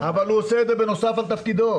-- אבל הוא עושה את זה בנוסף על תפקידו.